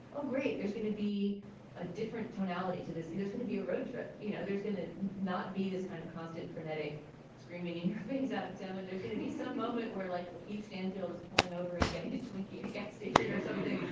oh, great, there's going to be a different tonality to this. there's gonna be a road trip. you know, there's going to not be this kind of constant, frenetic screaming in your face, adam sandler. there's going to be some moment where, like keith stanfield is pulling over and getting hit, twinky, it it gets to him or something.